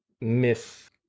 myth